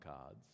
cards